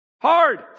Hard